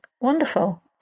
wonderful